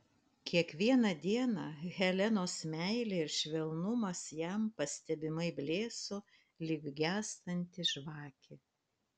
kiekvieną dieną helenos meilė ir švelnumas jam pastebimai blėso lyg gęstanti žvakė